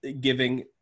Giving